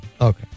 Okay